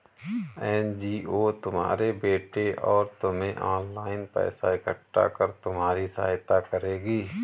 NGO तुम्हारे बेटे और तुम्हें ऑनलाइन पैसा इकट्ठा कर तुम्हारी सहायता करेगी